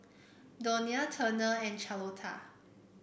Donia Turner and Charlotta